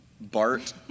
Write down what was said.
bart